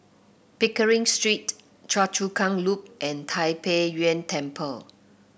Pickering Street Choa Chu Kang Loop and Tai Pei Yuen Temple